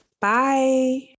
Bye